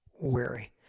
weary